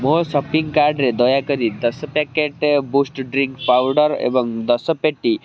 ମୋ ସପିଂ କାର୍ଡ଼ରେ ଦୟାକରି ଦଶ ପ୍ୟାକେଟ୍ ବୁଷ୍ଟ୍ ଡ୍ରିଙ୍କ୍ ପାଉଡ଼ର୍ ଏବଂ ଦଶ ପେଟି